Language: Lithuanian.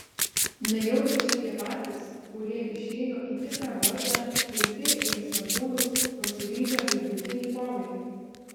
nejaugi čia tie patys kurie išėjo į tikrą vargą tvirti ir santūrūs pasiryžę žūtbūtinei kovai